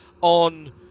on